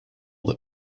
that